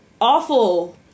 awful